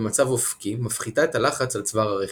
במצב אופקי מפחיתה את הלחץ על צוואר הרחם.